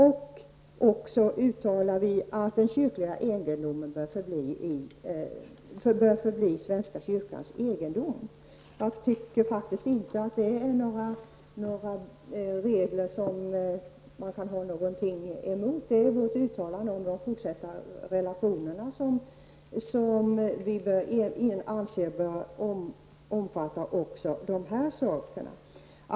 Dessutom uttalar vi att den kyrkliga egendomen bör förbli svenska kyrkans egendom. Jag tycker faktiskt inte att det är några regler som man kan ha någonting emot. Det är vårt uttalande om de fortsatta relationerna, som vi anser bör omfatta de här sakerna.